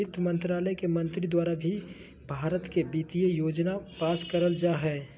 वित्त मन्त्रालय के मंत्री द्वारा ही भारत के वित्तीय योजना पास करल जा हय